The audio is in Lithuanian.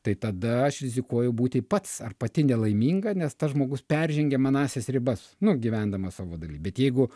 tai tada aš rizikuoju būti pats ar pati nelaiminga nes tas žmogus peržengia manąsias ribas nu gyvendamas savo daly bet jeigu